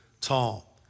tall